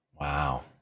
Wow